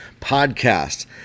podcast